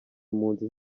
impunzi